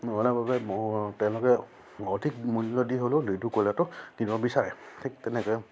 বাবে মোৰ তেওঁলোকে অধিক মূল্য দি হ'লেও লিডুৰ কয়লাটো দিনৰ বিচাৰে ঠিক তেনেকৈ